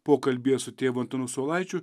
pokalbyje su tėvu antanu saulaičiu